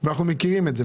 אנחנו מכירים את זה.